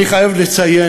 אני חייב לציין,